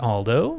Aldo